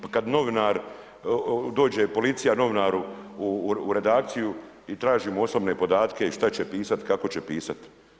Pa kada novinar, dođe policija novinaru u redakciju i traži mu osobne podatke i šta će pisati i kako će pisati.